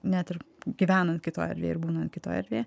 net ir gyvenant kitoj erdvėj ir būnant kitoj erdvėj